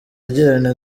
agirana